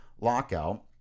lockout